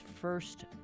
first